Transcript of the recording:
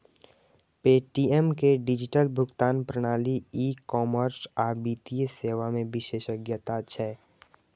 Paytm के digital भुगतान प्रणाली, ई कॉमर्स आ वित्तीय सेवा मे विशेषज्ञता छै